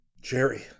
Jerry